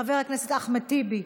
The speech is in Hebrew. חבר הכנסת אחמד טיבי,